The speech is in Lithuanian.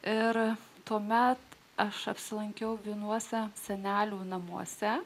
ir tuomet aš apsilankiau vienuose senelių namuose